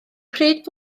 pryd